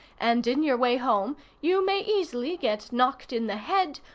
and in your way home you may easily get knocked in the head,